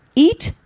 eat,